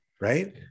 Right